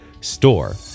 store